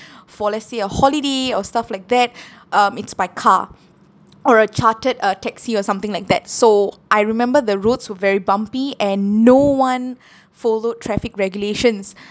for let's say a holiday or stuff like that um it's by car or a chartered uh taxi or something like that so I remember the roads were very bumpy and no one followed traffic regulations